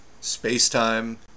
space-time